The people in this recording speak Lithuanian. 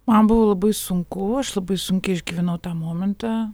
man buvo labai sunku aš labai sunkiai išgyvenau tą momentą